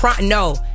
No